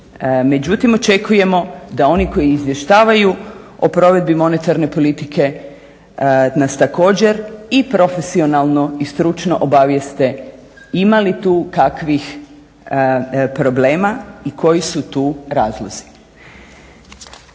međutim očekujemo da oni koji izvještavaju o provedbi monetarne politike nas također i profesionalno i stručno obavijeste ima li tu kakvih problema i koji su tu razlozi.